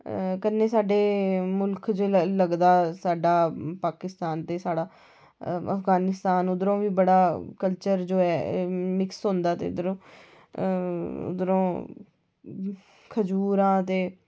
ते कन्नै साढै मुल्ख लगदा पाकिस्तान अफगानिस्तान उद्धरूं बी बड़ा कल्चर जो ऐ मिक्स होंदा ऐ उद्धरूं खजूरां ते